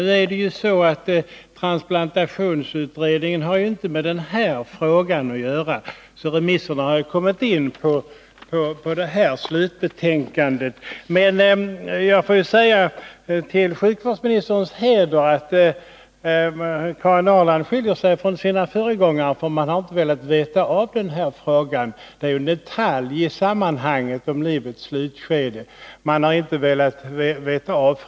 Men transplantationsutredningen har inte med den här frågan att göra, och remisserna beträffande huvudbetänkandet har kommit in. Jag vill säga till sjukvårdsministerns heder att hon skiljer sig från sina föregångare, som inte har velat veta av den här frågan, som är en detalj i hela komplex av frågor om sjukvård i livets slutskede.